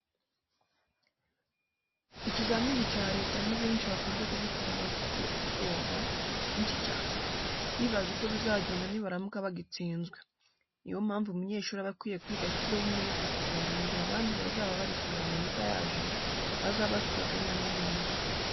Ikizamini cya leta ni benshi bakunze kubikora bafite ubwoba bwinshi cyane, bibaza uko bizagenda nibaramuka bagitsinzwe. Ni yo mpamvu umunyeshuri aba akwiye kwiga ashyizeho umwete kugira ngo mu gihe abandi bazaba bari kurira amanota yaje, we azabe afite akanyamuneza.